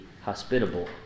hospitable